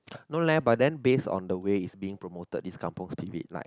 no leh but then base on the way its being promoted is Kampung spirit like